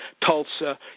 Tulsa